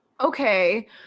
Okay